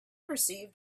perceived